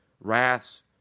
wraths